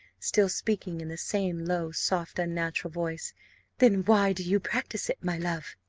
still speaking in the same low, soft, unnatural voice then why do you practise it, my love?